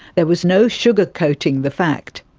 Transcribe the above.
there was no sugar-coating the fact.